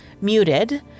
Muted